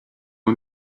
own